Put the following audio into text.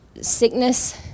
sickness